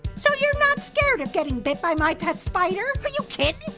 so you're not scared of getting bit by my pet spider? are you kidding?